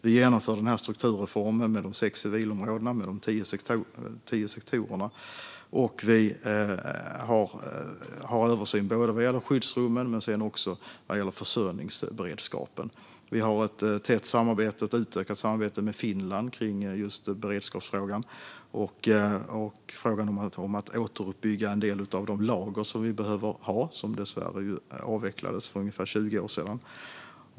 Vi genomför strukturreformen med de sex civilområdena och de tio sektorerna. Och vi gör en översyn vad gäller både skyddsrummen och försörjningsberedskapen. Vi har ett tätt och utökat samarbete med Finland kring beredskapsfrågan och frågan om att återuppbygga en del av de lager som vi behöver ha, som ju dessvärre avvecklades för ungefär 20 år sedan.